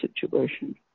situation